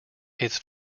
its